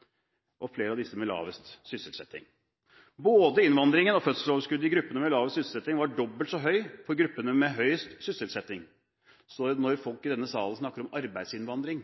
– flere av disse er blant dem med lavest sysselsetting. Både innvandringen og fødselsoverskuddet i gruppene med lavest sysselsetting var dobbelt så høy som i gruppene med høyest sysselsetting. Når folk i denne salen snakker om arbeidsinnvandring,